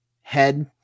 head